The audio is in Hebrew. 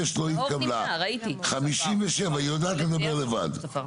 הצבעה בעד, 3 נגד, 7 נמנעים - 3 לא אושר.